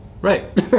Right